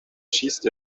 schießt